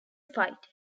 fight